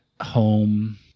home